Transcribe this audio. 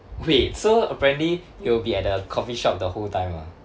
wait so apparently you will be at the coffeeshop the whole time ah